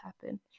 happen